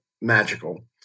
magical